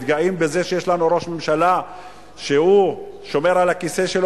מתגאים בזה שיש לנו ראש ממשלה ששומר על הכיסא שלו